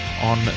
on